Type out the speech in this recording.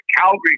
Calgary